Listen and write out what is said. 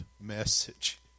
message